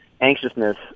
anxiousness